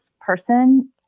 person